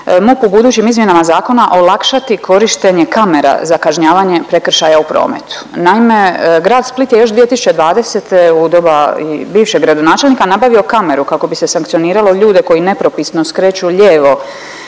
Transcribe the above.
MUP u budućim izmjenama zakona olakšati korištenje kamera za kažnjavanje prekršaja u prometu? Naime, grad Split je još 2020. u doba i bivšeg gradonačelnika nabavio kameru kako bi se sankcioniralo ljude koji nepropisno skreću lijevo